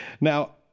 Now